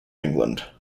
england